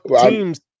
Teams